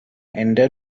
ende